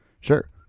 sure